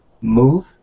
move